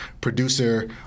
producer